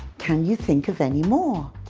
can you think of any more?